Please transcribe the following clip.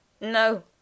No